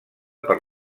per